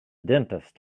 dentist